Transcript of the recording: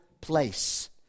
place